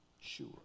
Sure